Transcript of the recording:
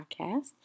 podcast